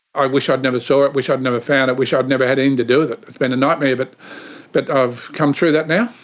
i wish i'd never saw it, wish i'd never found it. wish i'd never had to do it. it's been a nightmare but but ah i've come through that now.